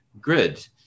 grid